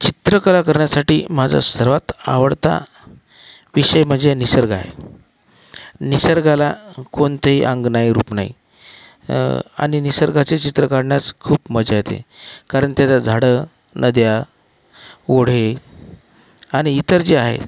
चित्रकला करण्यासाठी माझा सर्वात आवडता विषय म्हणजे निसर्ग आहे निसर्गाला कोणतेही अंग नाही रूप नाही आणि निसर्गाचे चित्र काढण्यास खूप मजा येते कारण त्याच्यात झाडं नद्या ओढे आणि इतर जे आहे